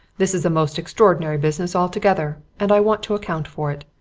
this is a most extraordinary business altogether, and i want to account for it.